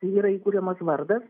tai yra įkuriamas vardas